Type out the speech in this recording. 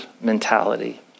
mentality